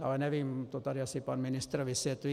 Ale nevím, to tady asi pan ministr vysvětlí.